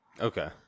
Okay